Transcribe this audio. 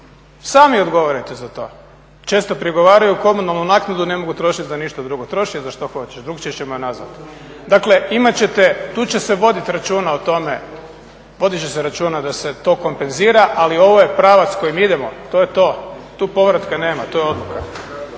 Sami odgovarajte za to. Često prigovaraju komunalnu naknadu ne mogu trošiti za ništa drugo, troši za što god hoćeš drukčije ćemo je nazvati. Dakle tu će se voditi računa o tome, podiže se računa da se to kompenzira ali ovo je pravac kojem idemo, to je to, tu povratka nema, to je odluka.